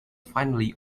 finally